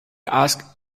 ask